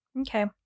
Okay